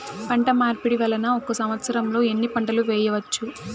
పంటమార్పిడి వలన ఒక్క సంవత్సరంలో ఎన్ని పంటలు వేయవచ్చు?